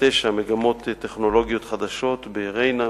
מגמות טכנולוגיות חדשות בריינה,